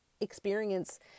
experience